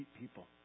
people